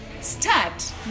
start